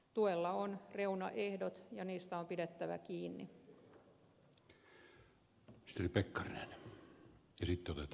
tuella on reunaehdot ja niistä on pidettävä kiinni